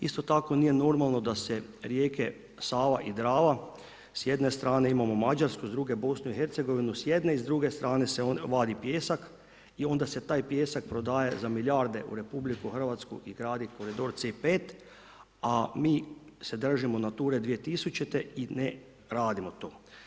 Isto tako nije normalno da se rijeke Sava i Drava, s jedne strane imamo Mađarsku, s druge BIH, s jedne i s druge strane se on vadi pijesak i onda se taj pijesak prodaje za milijarde u RH i gradi koridor C5, a mi se držimo Nature 2000. i ne radimo to.